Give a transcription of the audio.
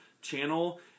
channel